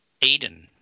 Eden